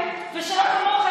ושלא כמוכם,